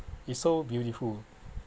is so beautiful